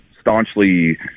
staunchly